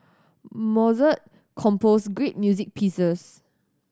Mozart composed great music pieces